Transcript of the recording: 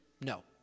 No